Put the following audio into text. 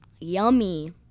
Yummy